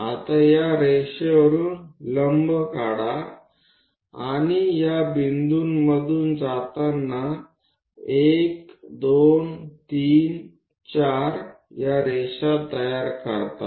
आता या रेषेवरून लंब काढा आणि या बिंदूमधून जाताना 1 2 3 4 या रेषा तयार करतात